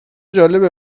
جالبه